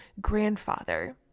grandfather